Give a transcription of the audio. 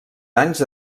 anys